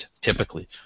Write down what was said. typically